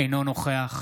אינו נוכח